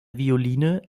violine